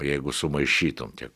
jeigu sumaišytum tiek